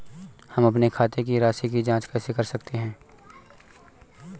हम अपने खाते की राशि की जाँच कैसे कर सकते हैं?